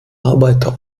arbeiter